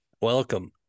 Welcome